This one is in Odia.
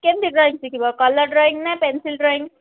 କେମିତି ଡ୍ରଇଁ ଶିଖିବ କଲର୍ ଡ୍ରଇଁ ନା ପେନ୍ସିଲ୍ ଡ୍ରଇଁ